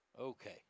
Okay